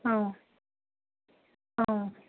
औ औ